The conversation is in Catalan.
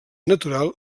natural